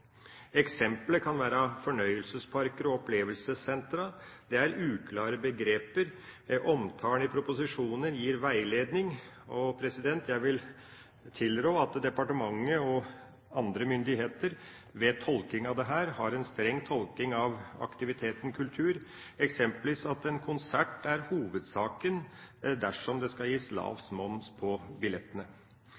kan være fornøyelsesparker og opplevelsessentre, det er uklare begreper. Omtalen i proposisjonen gir veiledning. Jeg vil tilrå departementet og andre myndigheter til at de her har en streng tolking av aktiviteten «kultur», eksempelvis at en konsert må være hovedsaken dersom det skal gis lav